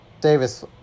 Davis